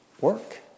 work